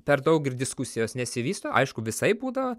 per daug ir diskusijos nesivysto aišku visaip būdavo